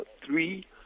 three